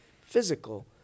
physical